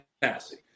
passing